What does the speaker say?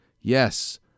yes